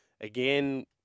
again